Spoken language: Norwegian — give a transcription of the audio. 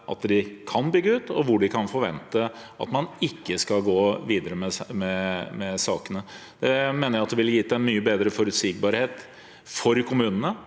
at de kan bygge ut, og hvor de kan forvente at man ikke skal gå videre med sakene. Det mener jeg ville gitt mer forutsigbarhet for kommunene.